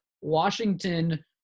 Washington